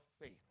faith